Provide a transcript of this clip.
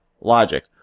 logic